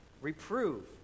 Reprove